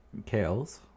Kales